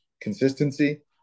consistency